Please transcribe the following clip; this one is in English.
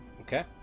okay